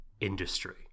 industry